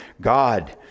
God